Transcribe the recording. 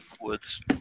woods